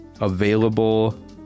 available